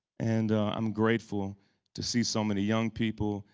and i'm grateful to see so many young people.